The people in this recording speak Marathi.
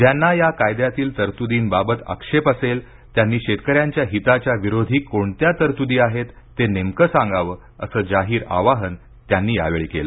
ज्यांना या कायद्यातील तरतुदींबाबत आक्षेप असेल त्यांनी शेतकऱ्यांच्या हिताच्या विरोधी कोणत्या तरतूदी आहेत ते नेमकं सांगावं असं जाहीर आवाहन त्यांनी यावेळी केलं